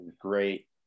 great